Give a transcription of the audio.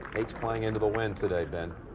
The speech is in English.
it's playing into the wind today ben.